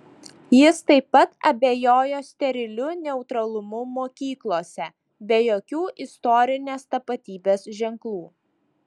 jis taip pat abejojo steriliu neutralumu mokyklose be jokių istorinės tapatybės ženklų